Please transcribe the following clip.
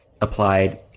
applied